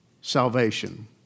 salvation